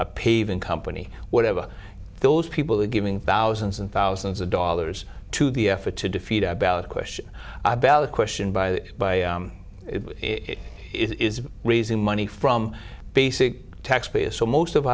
and company whatever those people are giving thousands and thousands of dollars to the effort to defeat about a question about a question by the by if it is raising money from basic taxpayers so most of